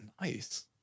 nice